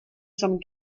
some